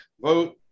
vote